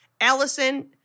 Allison